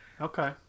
Okay